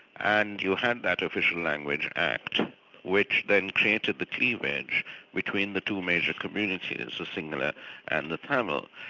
and you had that official language act which then created the cleavage between the two major communities, the sinhala and the tamil.